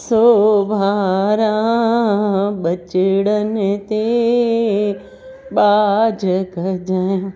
सोभारा ॿचड़नि ते ॿाझ कजाइं